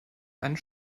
einen